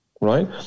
right